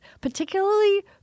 particularly